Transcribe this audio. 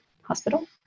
hospital